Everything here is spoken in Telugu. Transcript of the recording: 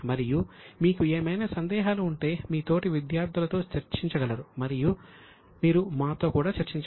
మరియు మీకు ఏవైనా సందేహాలు ఉంటే మీరు మీ తోటి విద్యార్థులతో చర్చించగలరు మరియు మీరు మాతో కూడా చర్చించవచ్చు